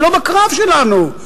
זה לא בקרב שלנו,